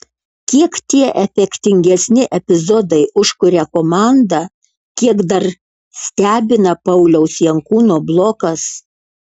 kiek tie efektingesni epizodai užkuria komandą kiek dar stebina pauliaus jankūno blokas